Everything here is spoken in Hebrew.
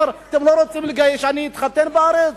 הוא אמר: אתם לא רוצים שאני אתחתן בארץ?